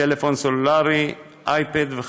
טלפון סלולרי ואייפד.